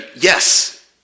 yes